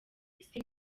isi